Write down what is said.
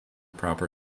proper